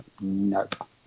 Nope